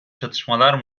çatışmalar